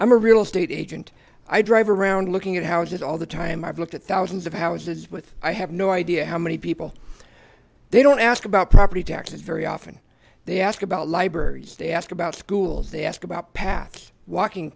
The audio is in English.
i'm a real estate agent i drive around looking at houses all the time i've looked at thousands of houses with i have no idea how many people they don't ask about property taxes very often they ask about libraries they ask about schools they ask about paths walking